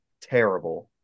Terrible